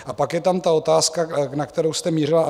A pak je tam ta otázka, na kterou jste mířila.